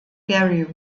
gary